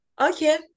okay